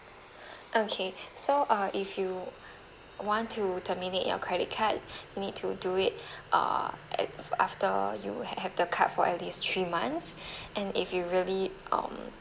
okay so uh if you want to terminate your credit card you need to do it uh at after you have the card for at least three months and if you really um